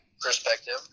perspective